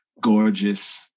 gorgeous